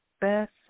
Best